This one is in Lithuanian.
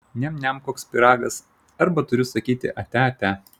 niam niam koks pyragas arba turiu sakyti ate ate